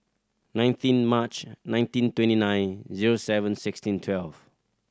nineteen March nineteen twenty nine zero seven sixteen twelve